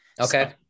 Okay